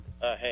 Hey